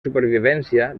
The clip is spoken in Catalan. supervivència